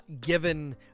Given